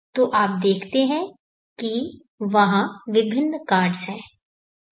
तो आप देखते हैं कि वहाँ विभिन्न कार्ड्स हैं